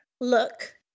look